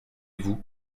vous